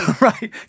Right